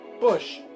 Bush